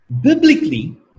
Biblically